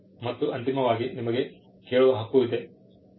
ಮತ್ತು ಅಂತಿಮವಾಗಿ ನಿಮಗೆ ಕೇಳುವ ಹಕ್ಕು ಇದೆ